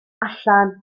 allan